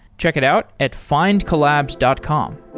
check it out at findcollabs dot com